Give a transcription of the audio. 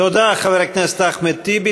תודה, חבר הכנסת אחמד טיבי.